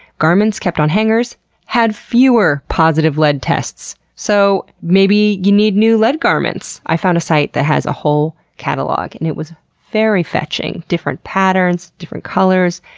garments kept on hangers had fewer positive lead tests. so, maybe you need new lead garments. i found a site that has a whole catalog and it was very fetching different patterns, different colors,